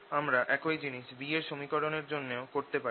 আমরা একই জিনিস B এর সমীকরণের জন্যেও করতে পারি